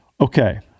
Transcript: Okay